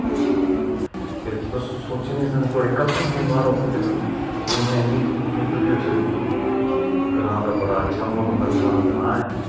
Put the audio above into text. ते तुस सोची निं सकदे थोआढ़ी कल्पना कशा बी बाह्र होङन की दुनिया इन्नी खूबसूरत बी होई सकदी ऐ ग्रांऽ दा बड़ा अच्छा म्हौल होंदा ग्रांऽ ग्रांऽ ऐ